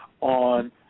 on